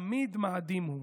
תמיד מאדים הוא.